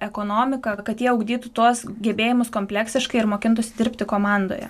ekonomiką kad jie ugdytų tuos gebėjimus kompleksiškai ir mokintųsi dirbti komandoje